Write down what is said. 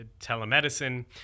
telemedicine